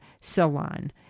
Salon